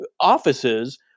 offices